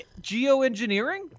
Geoengineering